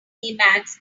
emacs